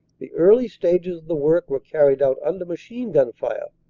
the early stages of the work were carried out under machine-gun fire,